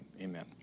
Amen